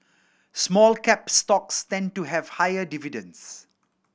small cap stocks tend to have higher dividends